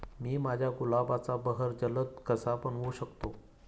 मी माझ्या गुलाबाचा बहर जलद कसा बनवू शकतो?